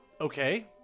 Okay